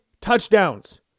touchdowns